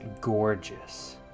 gorgeous